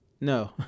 No